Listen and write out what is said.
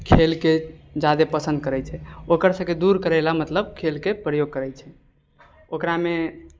खेलके जादे पसन्द करै छै ओकर सबके दूर करै ला मतलब खेलके प्रयोग करै छै ओकरामे